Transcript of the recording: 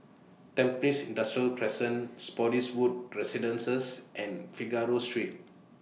Tampines Industrial Crescent Spottiswoode Residences and Figaro Street